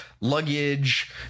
luggage